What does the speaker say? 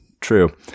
True